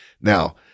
Now